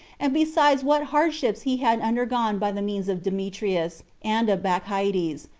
and besides what hardships he had undergone by the means of demetrius, and of bacchides,